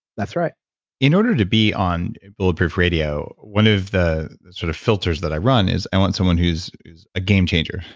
that's right in order to be on bulletproof radio, one of the sort of filters that i run is i want someone who's who's a game changer.